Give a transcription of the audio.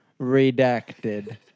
Redacted